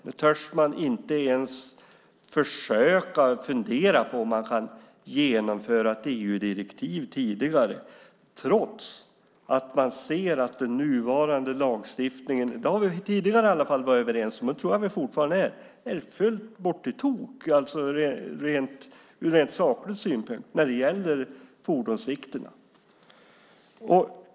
Nu törs man inte ens försöka fundera på om man kan genomföra ett EU-direktiv tidigare, trots att man ser att den nuvarande lagstiftningen - det har vi i alla fall tidigare varit överens om, och det tror jag vi fortfarande är - är fullt bort i tok ur rent saklig synpunkt när det gäller fordonsvikterna.